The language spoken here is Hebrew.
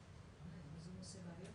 הכלים שאנחנו צריכים להתמודד איתם כרשות